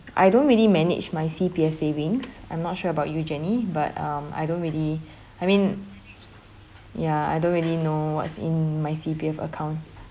I don't really manage my C_P_F savings I'm not sure about you jennie but um I don't really I mean ya I don't really know what's in my C_P_F account